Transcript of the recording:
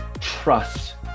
trust